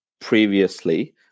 previously